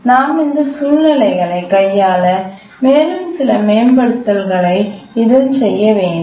எனவே நாம் இந்த சூழ்நிலைகளை கையாள மேலும் சில மேம்படுத்தல்களை இதில் செய்ய வேண்டும்